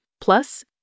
Plus